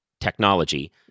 technology